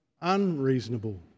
unreasonable